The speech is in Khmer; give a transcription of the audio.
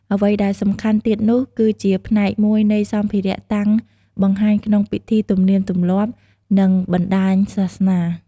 អ្វីដែលសំខាន់ទៀតនោះគឺជាផ្នែកមួយនៃសម្ភារៈតាំងបង្ហាញក្នុងពិធីទំនៀមទម្លាប់ និងបណ្តាញសាសនា។